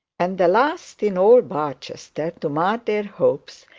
and the last in all barchester to mar their hopes,